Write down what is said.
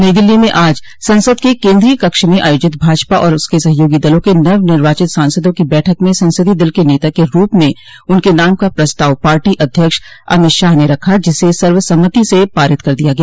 नई दिल्ली में आज संसद के केन्द्रीय कक्ष में आयोजित भाजपा और उसके सहयोगी दलों के नवनिर्वाचित सांसदों की बैठक में संसदीय दल के नेता के रूप में उनके नाम का प्रस्ताव पार्टी अध्यक्ष अमित शाह ने रखा जिसे सर्वसम्मिति से पारित कर दिया गया